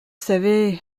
savez